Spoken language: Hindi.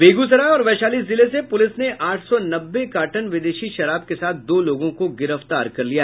बेगूसराय और वैशाली जिले से पुलिस ने आठ सौ नब्बे कार्टन विदेशी शराब के साथ दो लोगों को गिरफ्तार कर लिया